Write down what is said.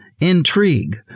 intrigue